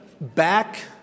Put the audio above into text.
back